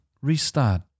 restart